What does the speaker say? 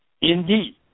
Indeed